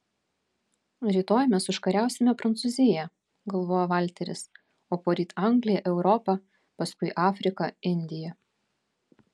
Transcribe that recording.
rytoj mes užkariausime prancūziją galvojo valteris o poryt angliją europą paskui afriką indiją